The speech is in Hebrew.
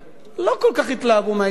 לא כל כך התלהבו מהעניין הזה.